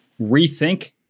rethink